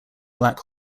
black